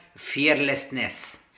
fearlessness